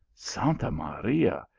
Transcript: santa maria!